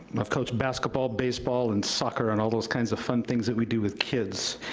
i've coached basketball, baseball and soccer and all those kinds of fun things that we do with kids.